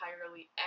entirely